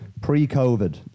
pre-covid